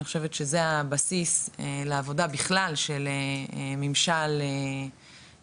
אני חושבת שזה הבסיס לעבודה בכלל של ממשל תקין,